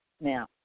Now